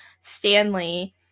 Stanley